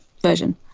version